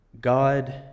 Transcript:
God